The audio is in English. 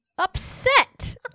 upset